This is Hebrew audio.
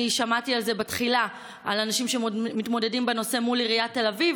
אני שמעתי בתחילה על אנשים שמתמודדים בנושא מול עיריית תל אביב,